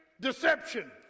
deception